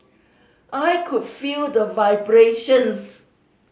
I could feel the vibrations